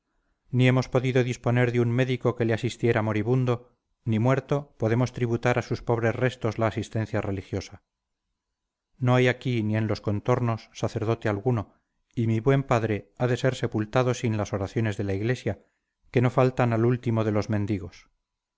ni hemos podido disponer de un médico que le asistiera moribundo ni muerto podemos tributar a sus pobres restos la asistencia religiosa no hay aquí ni en los contornos sacerdote alguno y mi buen padre ha de ser sepultado sin las oraciones de la iglesia que no faltan al último de los mendigos